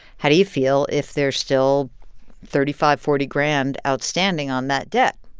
how do you feel if there's still thirty five, forty grand outstanding on that debt?